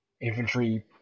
infantry